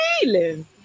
feeling